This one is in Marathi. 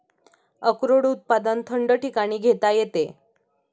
अक्रोड उत्पादन थंड ठिकाणी घेता येते